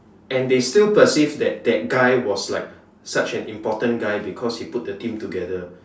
and they still perceived that that guy was like such an important guy because he put the team together